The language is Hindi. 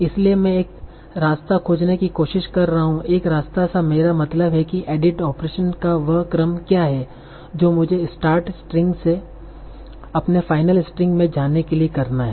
इसलिए मैं एक रास्ता खोजने की कोशिश कर रहा हूं एक रास्ते से मेरा मतलब है कि एडिट ऑपरेशंस का वह क्रम क्या है जो मुझे स्टार्ट स्ट्रिंग से अपने फाइनल स्ट्रिंग में जाने के लिए करना है